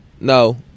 no